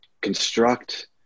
construct